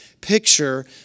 picture